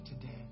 today